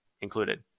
included